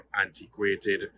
antiquated